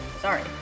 sorry